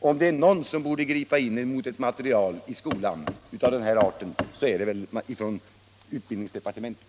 Om det är någon som borde gripa in mot ett material i skolan av den här arten är det väl utbildningsdepartementet.